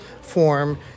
form